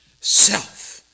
Self